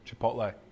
chipotle